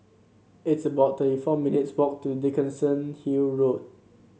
it's about thirty four minutes walk to Dickenson Hill Road